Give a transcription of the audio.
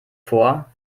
vor